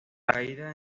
caída